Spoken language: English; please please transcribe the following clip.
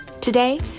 Today